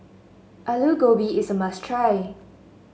Aloo Gobi is a must try